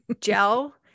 gel